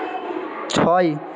ছয়